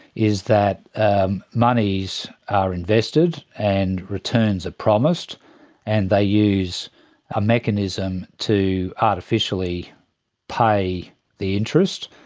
is that monies are invested and returns are promised and they use a mechanism to artificially pay the interest.